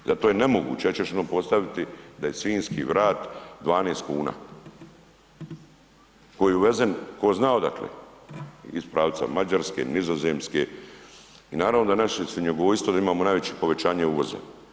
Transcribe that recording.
Zato je nemoguće, ja ću još jednom postaviti da je svinjski vrat 12 kuna, koji je uvezen tko zna odakle, iz pravca Mađarske, Nizozemske i naravno da naše svinjogojstvo da imamo najveće povećanje uvoza.